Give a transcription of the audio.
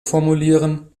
formulieren